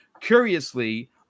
Curiously